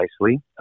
nicely